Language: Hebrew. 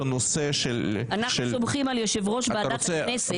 אנחנו סומכים על יושב ראש ועדת הכנסת